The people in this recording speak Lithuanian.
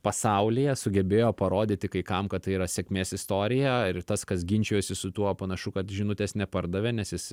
pasaulyje sugebėjo parodyti kai kam kad tai yra sėkmės istorija ir tas kas ginčijosi su tuo panašu kad žinutės nepardavė nes jis